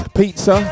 pizza